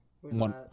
one